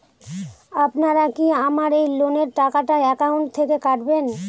আপনারা কি আমার এই লোনের টাকাটা একাউন্ট থেকে কাটবেন?